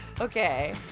Okay